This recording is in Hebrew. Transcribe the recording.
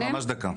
ממש דקה.